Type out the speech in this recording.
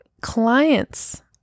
clients